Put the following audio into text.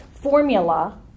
formula